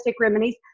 remedies